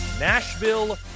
Nashville